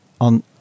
on